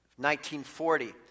1940